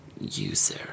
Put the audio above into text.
user